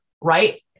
right